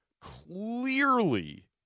clearly